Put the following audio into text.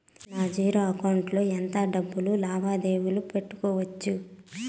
నా zero account లో ఎంత డబ్బులు లావాదేవీలు పెట్టుకోవచ్చు?